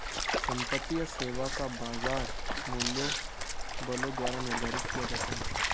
संपत्ति या सेवा का बाजार मूल्य बलों द्वारा निर्धारित किया जाता है